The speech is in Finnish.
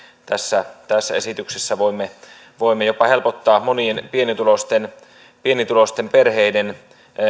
tässä tässä esityksessä voimme voimme jopa helpottaa monien pienituloisten pienituloisten perheiden